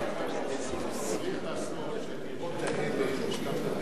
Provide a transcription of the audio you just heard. צריך לעשות שהדירות האלה שאתה מדבר